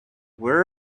where